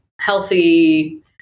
healthy